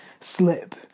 slip